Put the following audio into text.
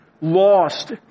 lost